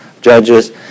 Judges